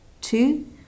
Two